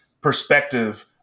perspective